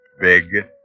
Big